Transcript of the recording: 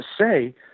say